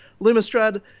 Lumistrad